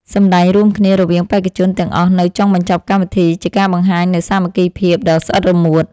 សម្ដែងរួមគ្នារវាងបេក្ខជនទាំងអស់នៅចុងបញ្ចប់កម្មវិធីជាការបង្ហាញនូវសាមគ្គីភាពដ៏ស្អិតរមួត។